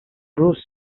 bruce